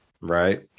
Right